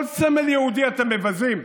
כל סמל יהודי אתם מבזים.